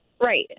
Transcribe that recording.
Right